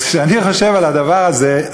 כשאני חושב על הדבר הזה,